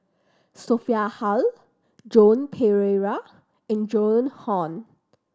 Sophia Hull Joan Pereira and Joan Hon